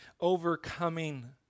overcoming